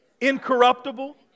incorruptible